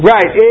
Right